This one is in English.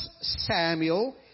Samuel